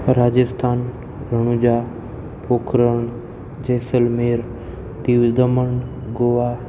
Rajasthan Ranuja Pokhran Jaisalmer Diu Daman Goa